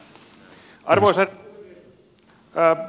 arvoisa puhemies